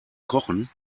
kochen